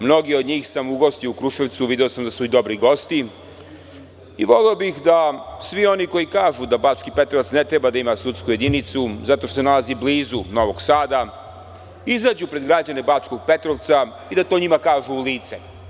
Mnoge od njih sam ugostio u Kruševcu, video sam da su i dobri gosti i voleo bih da svi oni koji kažu da Bački Petrovac ne treba da ima sudsku jedinicu, zato što se nalazi blizu Novog Sada, izađu pred građane Bačkog Petrovca i da to njima kažu u lice.